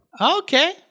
Okay